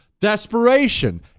Desperation